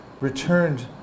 returned